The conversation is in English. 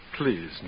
Please